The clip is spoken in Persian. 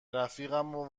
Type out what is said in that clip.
رفیقمو